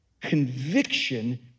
Conviction